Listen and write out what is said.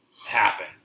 happen